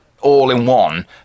all-in-one